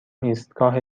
ایستگاه